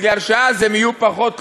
כי אז הם יהיו פחות תלויים,